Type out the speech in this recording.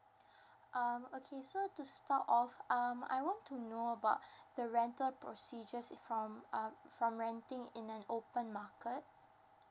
um okay so start off um I want to know about the rental procedures if from um from renting in an open market